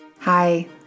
Hi